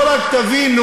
לא רק תבינו,